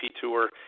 tour